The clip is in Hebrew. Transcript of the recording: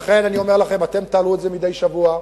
לכן אני אומר לכם, אתם תעלו את זה מדי שבוע,